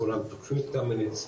כולם תקפו את קמיניץ,